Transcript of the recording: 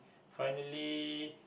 finally